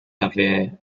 avait